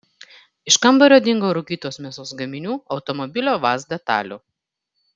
iš kambario dingo rūkytos mėsos gaminių automobilio vaz detalių